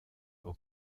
aux